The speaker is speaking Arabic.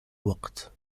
وقت